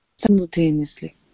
simultaneously